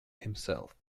himself